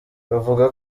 bavuga